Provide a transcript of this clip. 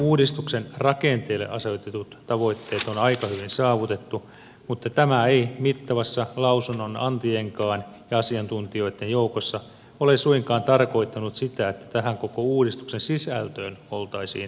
uudistuksen rakenteille asetetut tavoitteet on aika hyvin saavutettu mutta tämä ei mittavassa lausunnonantajienkaan ja asiantuntijoitten joukossa ole suinkaan tarkoittanut sitä että tähän koko uudistuksen sisältöön oltaisiin tyytyväisiä